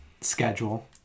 schedule